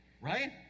right